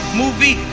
movie